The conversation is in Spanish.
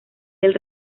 del